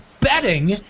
betting